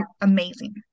Amazing